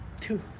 Two